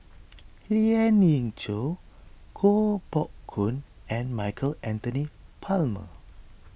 Lien Ying Chow Koh Poh Koon and Michael Anthony Palmer